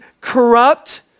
corrupt